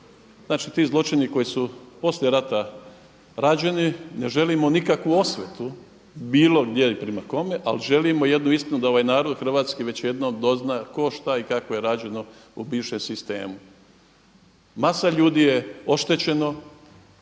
Znači ti zločini koji su poslije rata rađeni ne želimo nikakvu osvetu bilo gdje i prema kome ali želimo jednu istinu da ovaj narod hrvatski već jednom dozna tko, šta i kako je rađeno u bivšem sistemu. Masa ljudi je oštećeno,